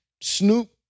Snoop